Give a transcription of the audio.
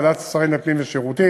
ועדת השרים לענייני פנים ושירותים,